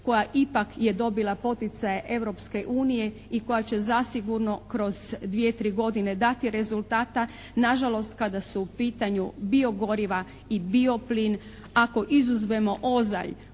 koja ipak je dobila poticaje Europske unije i koja će zasigurno kroz dvije-tri godine dati rezultata. Na žalost kada su u pitanju bio-goriva i bio-plin ako izuzmemo Ozalj